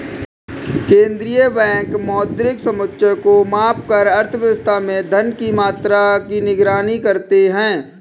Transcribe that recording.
केंद्रीय बैंक मौद्रिक समुच्चय को मापकर अर्थव्यवस्था में धन की मात्रा की निगरानी करते हैं